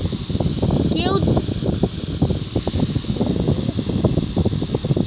যেকোনো উদ্যানে বিভিন্ন রকমের উদ্ভিদের চাষ করা হয়